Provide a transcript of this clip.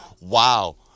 Wow